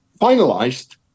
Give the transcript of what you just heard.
finalized